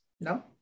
No